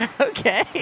Okay